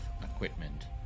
equipment